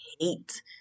hate